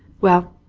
well,